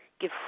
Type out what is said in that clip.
Give